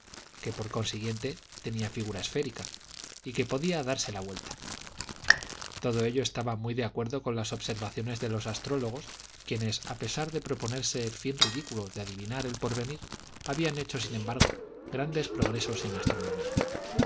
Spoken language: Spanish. que por consiguiente tenía figura esférica y que podía darse la vuelta todo ello estaba muy de acuerdo con las observaciones de los astrólogos quienes a pesar de proponerse el fin ridículo de adivinar el porvenir habían hecho sin embargo grandes progresos en astronomía